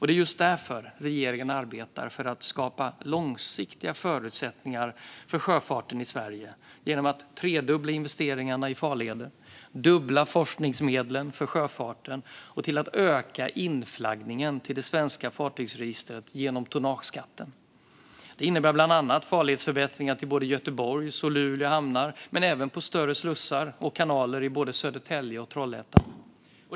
Det är just därför regeringen arbetar för att skapa långsiktiga förutsättningar för sjöfarten i Sverige genom att tredubbla investeringarna i farleder, dubbla forskningsmedlen för sjöfarten och öka inflaggningen till det svenska fartygsregistret genom tonnageskatten. Det innebär bland annat farledsförbättringar till både Göteborgs och Luleå hamnar men även i större slussar och kanaler i både Södertälje och Trollhättan.